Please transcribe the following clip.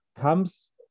comes